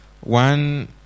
one